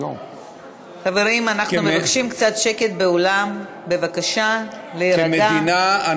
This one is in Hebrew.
חברים, אנחנו מבקשים קצת שקט באולם, בבקשה להירגע.